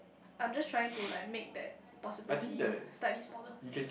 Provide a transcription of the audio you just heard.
I'm just trying to like make that possibilities slightly smaller